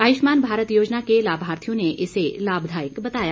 आयुष्मान भारत योजना के लाभार्थियों ने इसे लाभदायक बताया